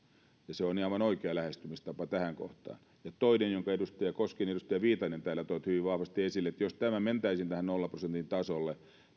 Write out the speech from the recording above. se on aivan oikea lähestymistapa tähän kohtaan ja toinen jonka edustaja koskinen ja edustaja viitanen täällä toivat hyvin vahvasti esille että jos mentäisiin nollan prosentin tasolle